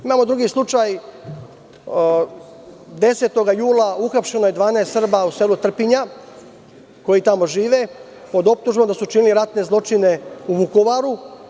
Imamo drugi slučaj, 10. jula uhapšeno je 12 Srba u selu Trpinja, koji tamo žive, pod optužbom da su činili ratne zločine u Vukovaru.